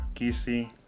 Kisi